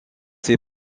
ses